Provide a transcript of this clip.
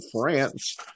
France